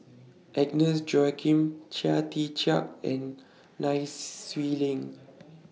Agnes Joaquim Chia Tee Chiak and Nai Swee Leng